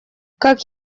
как